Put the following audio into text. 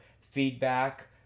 feedback